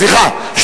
סליחה,